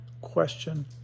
Question